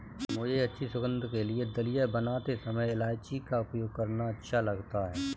मुझे अच्छी सुगंध के लिए दलिया बनाते समय इलायची का उपयोग करना अच्छा लगता है